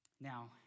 Now